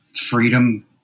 freedom